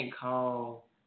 call